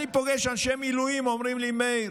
אני פוגש אנשי מילואים, הם אומרים לי: מאיר,